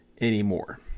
anymore